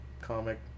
comic